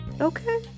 Okay